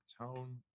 tone